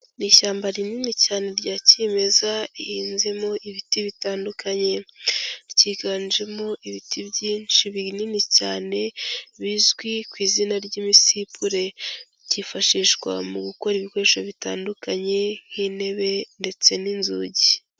Ni ishyamba rinini cyane rya kimeza rihinzemo ibiti bitandukanye, ryiganjemo ibiti byinshi binini cyane bizwi ku izina ry'imisipure, byifashishwa mu gukora ibikoresho bitandukanye nk'intebe, ndetse n'inzugi.